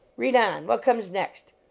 read on! what comes next?